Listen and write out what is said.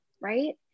right